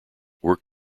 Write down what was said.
work